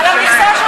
על המכסה,